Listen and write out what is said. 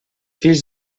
fills